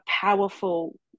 powerful